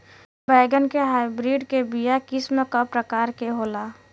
बैगन के हाइब्रिड के बीया किस्म क प्रकार के होला?